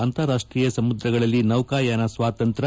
ಅಂತಾರಾಷ್ತೀಯ ಸಮುದ್ರಗಳಲ್ಲಿ ನೌಕಾಯಾನ ಸ್ವಾತಂತ್ರ್ತ